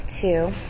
two